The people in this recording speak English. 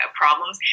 problems